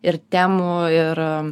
ir temų ir